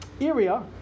area